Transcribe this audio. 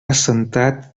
assentat